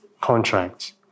contract